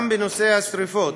בנושא השרפות,